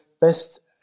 best